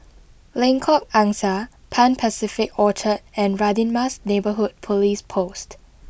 Lengkok Angsa Pan Pacific Orchard and Radin Mas Neighbourhood Police Post